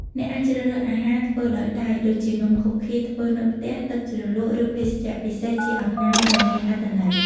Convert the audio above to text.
អ្នកអាចជ្រើសរើសអាហារធ្វើដោយដៃ ដូចជា នំខូឃីធ្វើនៅផ្ទះ ទឹកជ្រលក់ ឬភេសជ្ជៈពិសេស ជាអំណោយដ៏មានអត្ថន័យ។